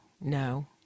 no